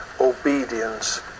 obedience